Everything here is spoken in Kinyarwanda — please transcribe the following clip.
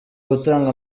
gutanga